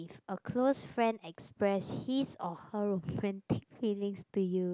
a close friend express his or her romantic feeling to you